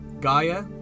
gaia